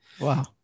Wow